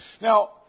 Now